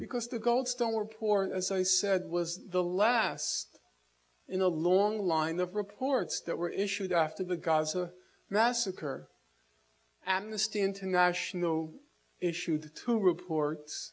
because the goldstone report as i said was the last in a long line of reports that were issued after the gaza massacre amnesty international issued two reports